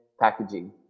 packaging